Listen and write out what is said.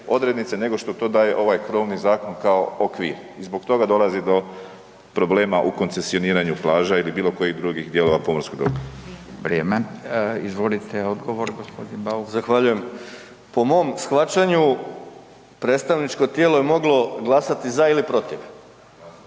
nego što to daje ovaj krovni zakon kao okvir i zbog toga dolazi do problema u koncesioniranju plaža ili bilo kojih drugih dijelova pomorskog dobra. **Radin, Furio (Nezavisni)** Vrijeme, izvolite odgovor g. Bauk. **Bauk, Arsen (SDP)** Zahvaljujem. Po mom shvaćanju predstavničko tijelo je moglo glasati za ili protiv,